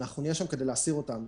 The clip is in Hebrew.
ואנחנו נהיה שם כדי להסיר אותם.